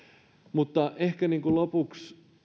ehkä lopuksi